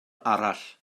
arall